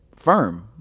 firm